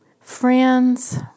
friends